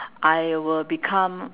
I will become